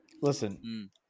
Listen